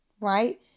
right